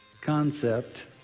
concept